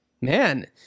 Man